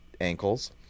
ankles